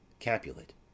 Capulet